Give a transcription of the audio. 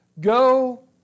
go